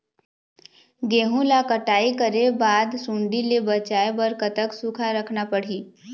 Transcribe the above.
गेहूं ला कटाई करे बाद सुण्डी ले बचाए बर कतक सूखा रखना पड़ही?